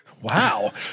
Wow